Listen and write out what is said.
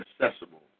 accessible